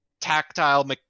tactile